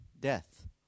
death